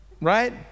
right